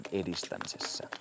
edistämisessä